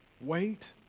Wait